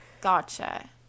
gotcha